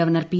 governor P